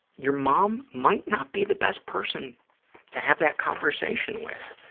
your mom might not be the best person to have that conversation with.